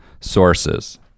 sources